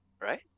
right